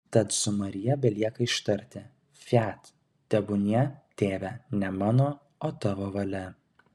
tad su marija belieka ištarti fiat tebūnie tėve ne mano o tavo valia